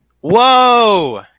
Whoa